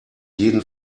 jeden